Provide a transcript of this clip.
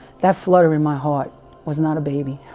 that flutter in my heart was not a baby